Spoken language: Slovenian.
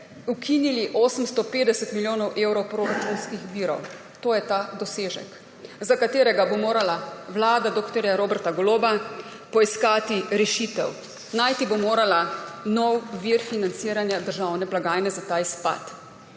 ukinili 850 milijonov evrov proračunskih virov. To je ta dosežek, za katerega bo morala vlada dr. Roberta Goloba poiskati rešitev. Najti bo morala nov vir financiranja državne blagajne za ta izpad.